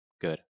good